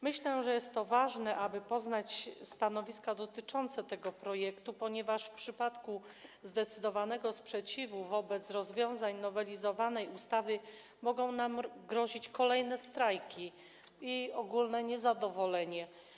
Myślę, że to ważne, aby poznać stanowiska dotyczące tego projektu, ponieważ w przypadku zdecydowanego sprzeciwu wobec rozwiązań zawartych w nowelizowanej ustawie mogą nam grozić kolejne strajki i ogólne niezadowolenie.